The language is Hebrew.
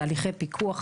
תהליכי פיקוח,